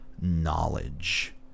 knowledge